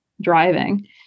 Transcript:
driving